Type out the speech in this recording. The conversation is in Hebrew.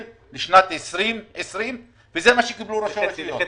לשנת 2020 וזה מה שקיבלו ראשי הרשויות.